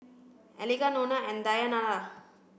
Eliga Nona and Dayanara